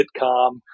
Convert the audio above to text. sitcom